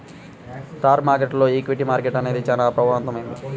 stock మార్కెట్టులో equity మార్కెట్టు అనేది చానా ప్రభావవంతమైంది